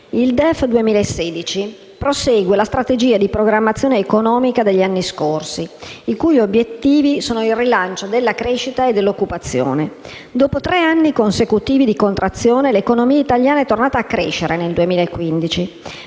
Il DEF 2016 prosegue la strategia di programmazione economica degli anni scorsi, il cui obiettivo è il rilancio della crescita e dell'occupazione. Dopo tre anni consecutivi di contrazione, l'economia italiana è tornata a crescere nel 2015,